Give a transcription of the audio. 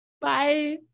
Bye